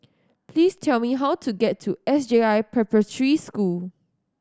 please tell me how to get to S J I Preparatory School